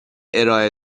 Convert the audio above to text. ارائه